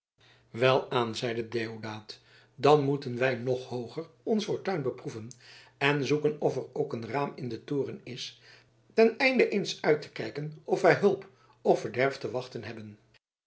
welaan zeide deodaat dan moeten wij nog hooger onze fortuin beproeven en zoeken of er ook een raam in den toren is ten einde eens uit te kijken of wij hulp of verderf te wachten hebben